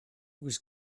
was